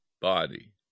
body